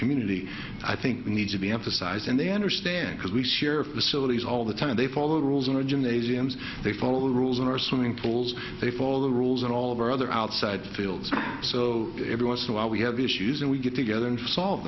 community i think need to be emphasized and they understand because we share facilities all the time and they follow the rules in a gymnasium so they follow the rules in our swimming pools they follow the rules and all of our other outside fields so every once in a while we have issues and we get together and solve